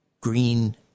green